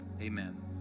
amen